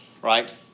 Right